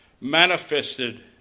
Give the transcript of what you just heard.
manifested